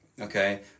okay